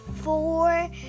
four